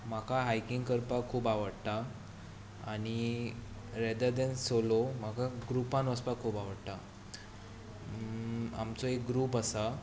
म्हाका हायकींग करपाक खूब आवडटा आनी रेदर दॅन सोलो म्हाका ग्रुपान वचपाक खूब आवडटा आमचो एक ग्रुप आसा